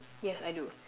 yes I do